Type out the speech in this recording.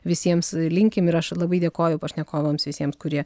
visiems linkim ir aš labai dėkoju pašnekovams visiems kurie